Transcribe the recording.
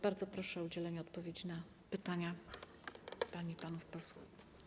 Bardzo proszę o udzielenie odpowiedzi na pytania pań i panów posłów.